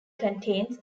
contains